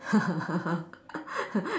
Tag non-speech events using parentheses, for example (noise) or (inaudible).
(laughs)